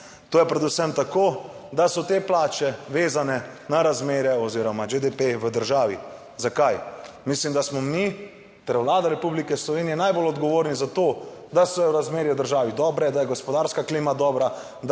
To je predvsem tako, da so te plače vezane na razmere oziroma GDP v državi. Zakaj? Mislim, da smo mi ter Vlada Republike Slovenije najbolj odgovorni za to, da so razmere v državi dobre, da je gospodarska klima dobra,